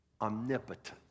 omnipotent